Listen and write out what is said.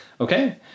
Okay